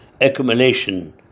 accumulation